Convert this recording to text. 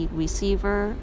receiver